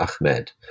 Ahmed